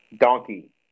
Donkey